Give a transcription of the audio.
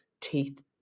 teeth